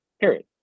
period